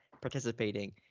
participating